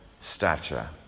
stature